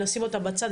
נשים אותה בצד,